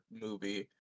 movie